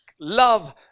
love